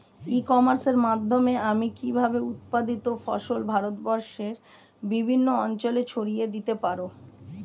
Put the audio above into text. ই কমার্সের মাধ্যমে আমি কিভাবে উৎপাদিত ফসল ভারতবর্ষে বিভিন্ন অঞ্চলে ছড়িয়ে দিতে পারো?